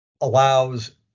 allows